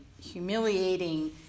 humiliating